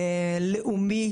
לאומי